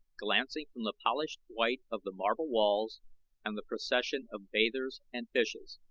glancing from the polished white of the marble walls and the procession of bathers and fishes,